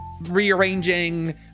rearranging